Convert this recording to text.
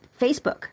Facebook